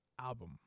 album